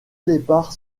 départs